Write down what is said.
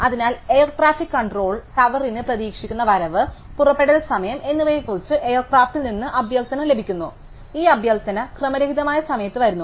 അതിനാൽ air traffic control ടവറിന് പ്രതീക്ഷിക്കുന്ന വരവ് പുറപ്പെടൽ സമയം എന്നിവയെക്കുറിച്ച് എയർ ക്രാഫ്റ്റിൽ നിന്ന് അഭ്യർത്ഥന ലഭിക്കുന്നു ഈ അഭ്യർത്ഥന ക്രമരഹിതമായ സമയത്ത് വരുന്നു